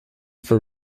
for